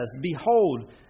Behold